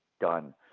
done